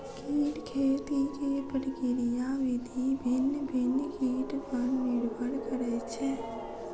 कीट खेती के प्रक्रिया विधि भिन्न भिन्न कीट पर निर्भर करैत छै